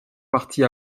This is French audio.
partie